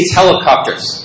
helicopters